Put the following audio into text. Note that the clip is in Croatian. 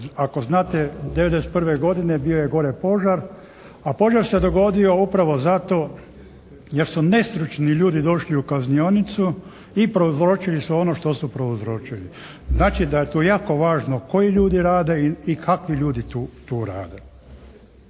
Ako znate '91. godine bio je gore požar, a požar se dogodio upravo zato jer su nestručni ljudi došli u kaznionicu i prouzročili sve ono što su prouzročili. Znači da je tu jako važno koji ljudi rade i kakvi ljudi tu rade.